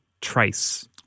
trace